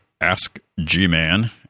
AskGman